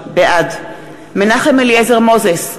בעד מנחם אליעזר מוזס,